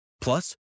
Plus